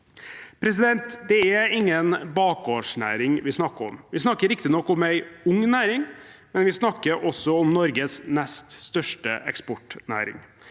krise Det er ingen bakgårdsnæring vi snakker om. Vi snakker riktignok om en ung næring, men vi snakker også om Norges nest største eksportnæring,